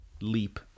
leap